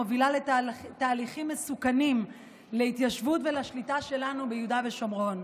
מובילה לתהליכים מסוכנים להתיישבות ולשליטה שלנו ביהודה ושומרון.